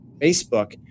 Facebook